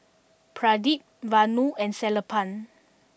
Pradip Vanu and Sellapan